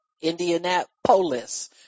Indianapolis